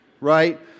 right